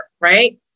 Right